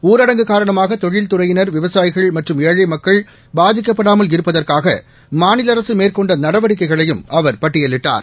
ஊரடங்கு காரணமாக தொழில்துறையினர் விவசாயிகள் மற்றும் ஏழை மக்கள் பாதிக்கப்படாமல் இருப்பதற்காக மாநில அரசு மேற்கொண்ட நடவடிக்கைகளையும் அவர் பட்டியலிட்டார்